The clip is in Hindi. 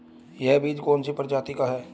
यह बीज कौन सी प्रजाति का है?